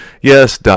Yes